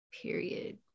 period